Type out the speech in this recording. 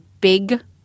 big